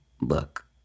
Look